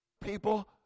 People